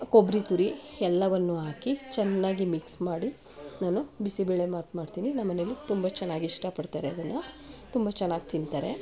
ಕೊಬ್ಬರಿ ತುರಿ ಎಲ್ಲವನ್ನೂ ಹಾಕಿ ಚೆನ್ನಾಗಿ ಮಿಕ್ಸ್ ಮಾಡಿ ನಾನು ಬಿಸಿಬೇಳೆಬಾತ್ ಮಾಡ್ತೀನಿ ನಮ್ಮನೆಲಿ ತುಂಬ ಚೆನ್ನಾಗಿಷ್ಟ ಪಡ್ತಾರೆ ಅದನ್ನು ತುಂಬ ಚೆನ್ನಾಗಿ ತಿಂತಾರೆ